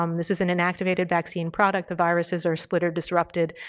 um this is an inactivated vaccine product, the viruses are split or disrupted.